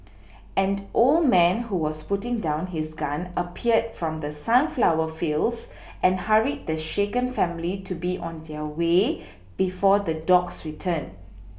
an old man who was putting down his gun appeared from the sunflower fields and hurried the shaken family to be on their way before the dogs return